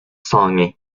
song